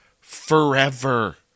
forever